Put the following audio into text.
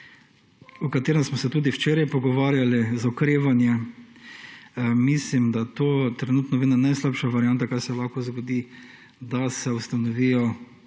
o katerem smo se tudi včeraj pogovarjali, za okrevanje, mislim, da to trenutno bi bila to najslabša varianta, kar se lahko zgodi, da se ustanovita